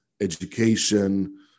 education